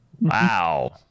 wow